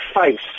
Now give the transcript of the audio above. face